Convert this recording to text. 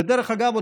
ודרך אגב,